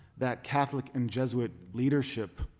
that catholic and jesuit leadership,